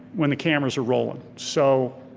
when the cameras are rolling. so